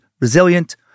resilient